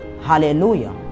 hallelujah